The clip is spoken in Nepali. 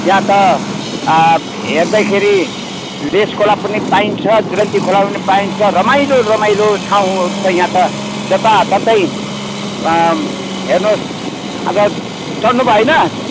यहाँ त हेर्दैखेरि लेस खोला पनि पाइन्छ जुरन्ती खोला पनि पाइन्छ रमाइलो रमाइलो ठाउँहरू छ यहाँ त जताततै हेर्नुहोस् अब चढ्नु भयो होइन